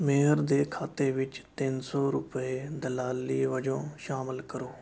ਮੇਹਰ ਦੇ ਖਾਤੇ ਵਿੱਚ ਤਿੰਨ ਸੌ ਰੁਪਏ ਦਲਾਲੀ ਵਜੋਂ ਸ਼ਾਮਲ ਕਰੋ